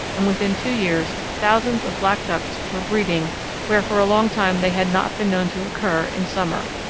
and within two years thousands of black ducks were breeding where for a long time they had not been known to occur in summer.